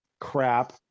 crap